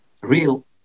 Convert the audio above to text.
real